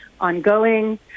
ongoing